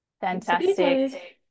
Fantastic